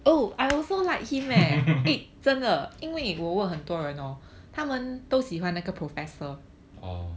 orh